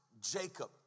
Jacob